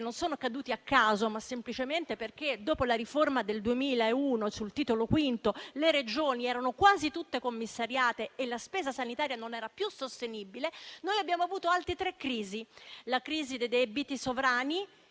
non sono accaduti a caso, ma semplicemente perché, dopo la riforma del Titolo V del 2001, le Regioni erano quasi tutte commissariate e la spesa sanitaria non era più sostenibile. Dopo tali eventi, abbiamo avuto altre tre crisi: la crisi dei debiti sovrani,